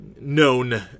known